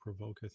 provoketh